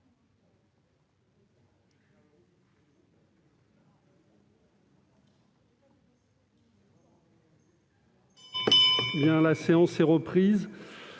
La séance est reprise.